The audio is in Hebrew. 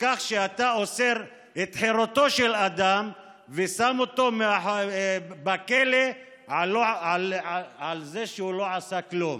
לכך שאתה נוטל את חירותו של אדם ושם אותו בכלא על זה שהוא לא עשה כלום,